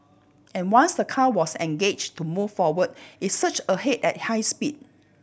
and once the car was engaged to move forward it surged ahead at high speed